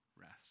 rest